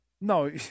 no